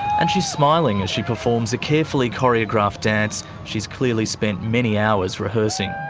and she's smiling as she performs a carefully choreographed dance she's clearly spent many hours rehearsing.